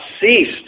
ceased